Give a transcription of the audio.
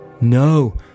No